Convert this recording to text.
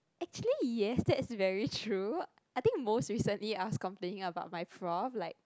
actually yes that's very true I mean most recently I was complaining about my prof like